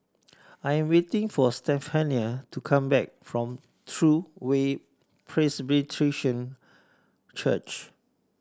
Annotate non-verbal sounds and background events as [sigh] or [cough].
I am waiting for Stephania to come back from True Way [unintelligible] Church